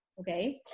Okay